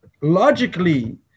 logically